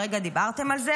הרגע דיברתם על זה,